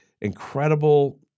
incredible